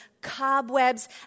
cobwebs